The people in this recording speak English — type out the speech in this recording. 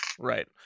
right